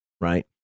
right